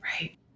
Right